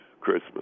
Christmas